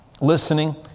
Listening